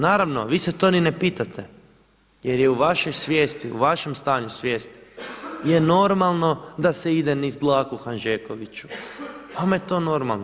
Naravno, vi se to ni ne pitate jer je u vašoj svijesti u vašem stanju svijesti je normalno da se ide niz dlaku Hanžekoviću, vama je to normalno.